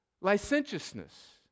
licentiousness